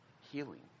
healing